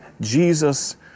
Jesus